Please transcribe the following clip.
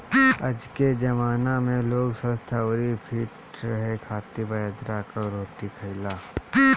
आजके जमाना में लोग स्वस्थ्य अउरी फिट रहे खातिर बाजरा कअ रोटी खाएला